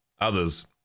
others